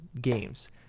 games